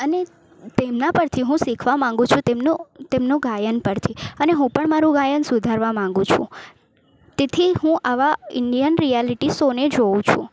અને તેમના પર થી હું શીખવા માંગુ છું તેમનો તેમનો ગાયન પરથી અને હું પણ મારું ગાયન સુધારવા માંગુ છું તેથી હું આવા ઈન્ડિયન રિયાલિટી શો ને જોઉં છું